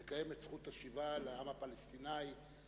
את זכות השיבה לעם הפלסטיני,